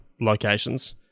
locations